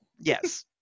Yes